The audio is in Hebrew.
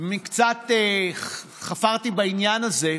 קצת חפרתי בעניין הזה.